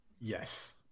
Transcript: Yes